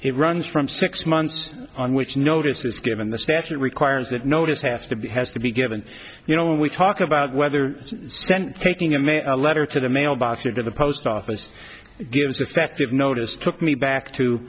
it runs from six months on which notice is given the statute requires that notice has to be has to be given you know when we talk about whether sent taking him a letter to the mailbox or to the post office gives effective notice took me back to